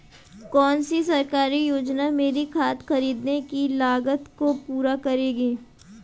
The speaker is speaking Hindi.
कौन सी सरकारी योजना मेरी खाद खरीदने की लागत को पूरा करेगी?